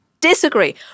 disagree